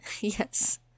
Yes